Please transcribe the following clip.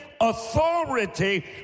authority